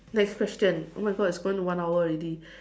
next question oh my God it's going to one hour already